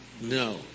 No